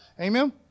Amen